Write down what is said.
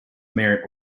merit